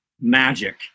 magic